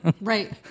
Right